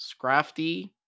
Scrafty